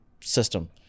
system